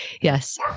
Yes